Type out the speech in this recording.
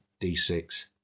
D6